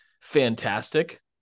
fantastic